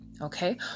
okay